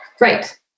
Right